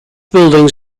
buildings